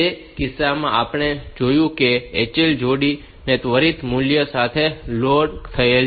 તે કિસ્સામાં આપણે જોયું છે કે HL જોડી તે ત્વરિત મૂલ્ય સાથે લોડ થયેલ છે